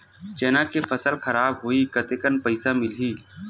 चना के फसल खराब होही कतेकन पईसा मिलही?